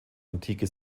antike